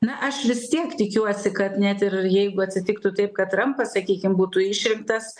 na aš vis tiek tikiuosi kad net ir jeigu atsitiktų taip kad trampas sakykime būtų išrinktas